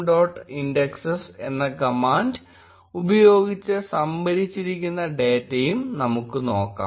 indexes എന്ന command ഉപയോഗിച്ച് സംഭരിച്ചിരിക്കുന്ന ഡേറ്റയും നമുക്ക് നോക്കാം